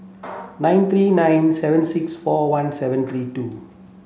nine three nine seven six four one seven three two